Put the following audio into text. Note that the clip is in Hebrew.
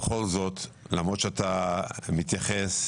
למרות שאתה מתייחס,